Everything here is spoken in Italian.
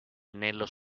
nello